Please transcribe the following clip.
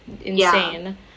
insane